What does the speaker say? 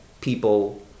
people